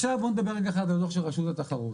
עכשיו בואו נדבר על הדו"ח של רשות התחרות.